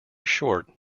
short